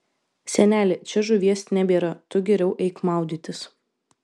seneli čia žuvies nebėra tu geriau eik maudytis